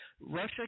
Russia